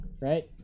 right